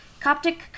Coptic